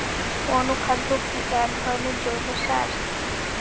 অনুখাদ্য কি এক ধরনের জৈব সার?